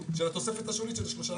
התוספת השולית של שלושה